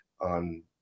on